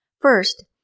First